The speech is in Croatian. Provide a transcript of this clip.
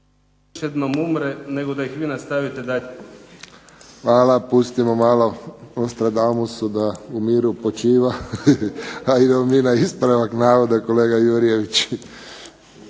Hvala. Pustimo malo NOstradamusu da u miru počiva. A idemo mi na ispravak navoda kolega Jurjević.